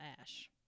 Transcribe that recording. ash